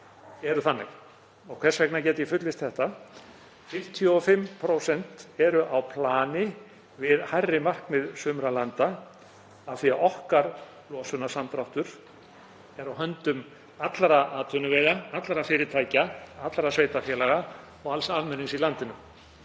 Hvers vegna get ég fullyrt þetta? 55% eru á plani við hærri markmið sumra landa af því að okkar losunarsamdráttur er á höndum allra atvinnuvega, allra fyrirtækja, allra sveitarfélaga og alls almennings í landinu.